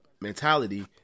mentality